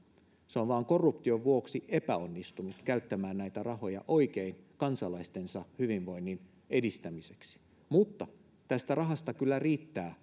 se on vain korruption vuoksi epäonnistunut käyttämään näitä rahoja oikein kansalaistensa hyvinvoinnin edistämiseksi mutta tästä rahasta kyllä riittää